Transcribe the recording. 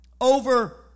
over